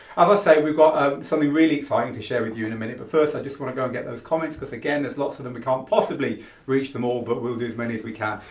say, we've got something really exciting to share with you in a minute but first i just want to go and get those comments because again, there's lots of them, we can't possibly reach them all but we'll do as many as we can.